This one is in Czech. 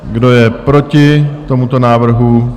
Kdo je proti tomuto návrhu?